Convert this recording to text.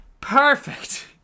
perfect